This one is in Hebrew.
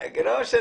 ראובני,